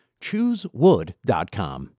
Choosewood.com